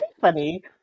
funny